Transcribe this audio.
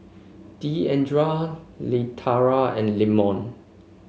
Deandra Leitha and Lemon